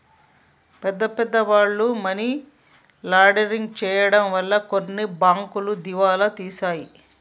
పెద్ద పెద్ద వాళ్ళు మనీ లాండరింగ్ చేయడం వలన కొన్ని బ్యాంకులు దివాలా తీశాయి